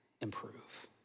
improve